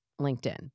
LinkedIn